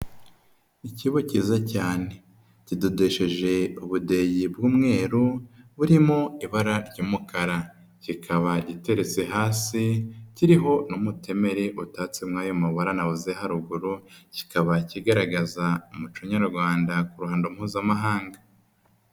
Ikibo kiza cyane, kidodesheje ubudeyi bw'umweru, burimo ibara ry'umukara. Kikaba gitereretse hasi, kiriho n'umutemeri utatsemo ayo mabara navuzeze haruguru, kikaba kigaragaza umuco nyarwanda ku ruhando mpuzamahanga.